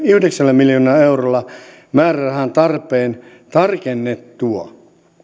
yhdeksällä miljoonalla eurolla määrärahan tarpeen tarkennuttua